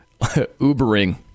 Ubering